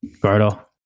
Gordo